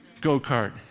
go-kart